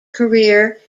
career